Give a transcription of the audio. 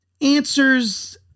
answers